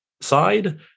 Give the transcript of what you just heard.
side